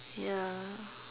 ya